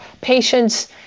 patients